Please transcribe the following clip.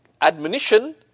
admonition